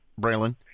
Braylon